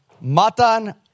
matan